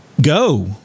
go